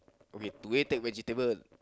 okay to way take vegetable